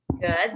Good